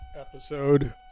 episode